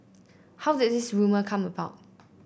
how did this rumour come about